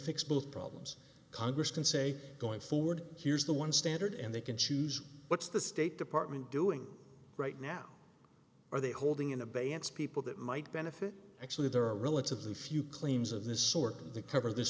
fix both problems congress can say going forward here's the one standard and they can choose what's the state department doing right now are they holding in abeyance people that might benefit actually there are relatively few claims of this